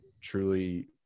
truly